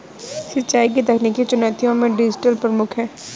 सिंचाई की तकनीकी चुनौतियों में डीजल प्रमुख है